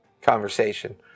conversation